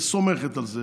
היא סומכת על זה